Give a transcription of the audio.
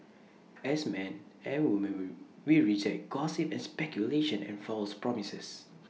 as men and woman we we reject gossip and speculation and false promises